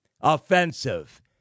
offensive